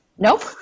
Nope